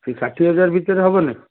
ସେଇ ଷାଠିଏ ହଜାର ଭିତରେ ହେବନି